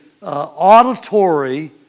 auditory